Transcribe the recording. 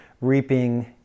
reaping